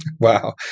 Wow